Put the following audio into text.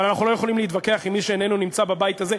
אבל אנחנו לא יכולים להתווכח עם מי שאיננו נמצא בבית הזה.